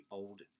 old